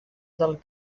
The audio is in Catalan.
del